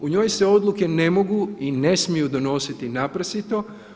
U njoj se odluke ne mogu i ne smiju donositi naprasito.